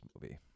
movie